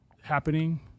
happening